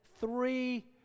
three